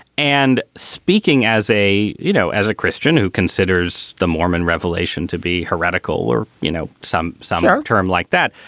and speaking as a you know, as a christian who considers the mormon revelation to be heretical or, you know, some some of term like that,